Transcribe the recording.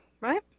right